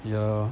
ya